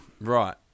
Right